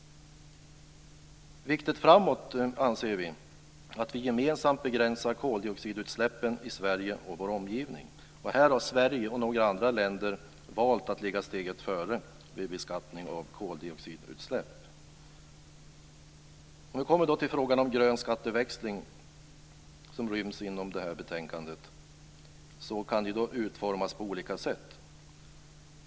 Viktigt framåt är hur vi gemensamt begränsar koldioxidutsläppen i Sverige och vår omgivning. Här har Sverige och några andra länder valt att ligga steget före vid beskattning av koldioxidutsläpp. Grön skatteväxling, som ryms inom det här betänkandet, kan utformas på olika sätt.